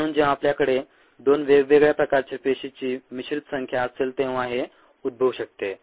म्हणून जेव्हा आपल्याकडे 2 वेगवेगळ्या प्रकारच्या पेशीची मिश्रित संख्या असेल तेव्हा हे उद्भवू शकते